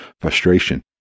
frustration